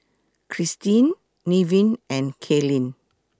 Christine Nevin and Kaylyn